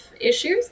issues